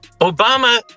Obama